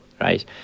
right